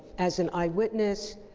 as an eye witness,